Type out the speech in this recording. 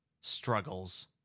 Struggles